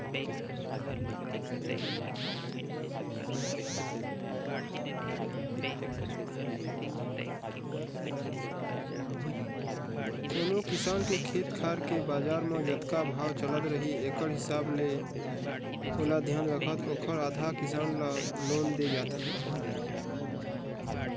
कोनो किसान के खेत खार के बजार म जतका भाव चलत रही एकड़ हिसाब ले ओला धियान रखत ओखर आधा, किसान ल लोन दे जाथे